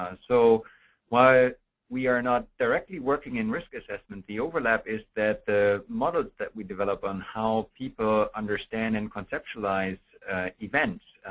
so while we are not directly working in risk assessment, the overlap is that the models that we develop on how people understand and conceptualize events,